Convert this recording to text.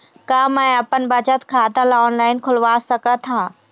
का मैं अपन बचत खाता ला ऑनलाइन खोलवा सकत ह?